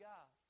God